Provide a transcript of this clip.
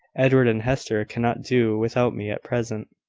edward and hester cannot do without me at present.